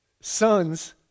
Sons